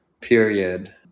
period